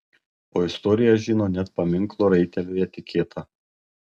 o istorija žino net paminklo raiteliui etiketą